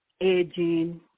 edging